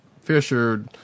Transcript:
Fisher